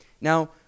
Now